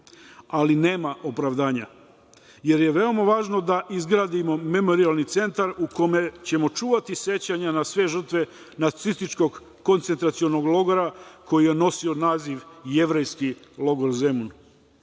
ali nema opravdanja, jer je veoma važno da izgradimo memorijalni centar u kome ćemo čuvati sećanja na sve žrtve nacističkog koncentracionog logora koji je nosio naziv jevrejski logor